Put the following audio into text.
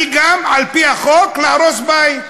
אני גם על-פי החוק אהרוס בית.